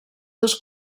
dos